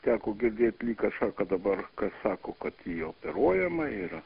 teko girdėti lyg kažką ką dabar kas sako kad ji operuojama yra